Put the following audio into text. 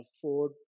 afford